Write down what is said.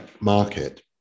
market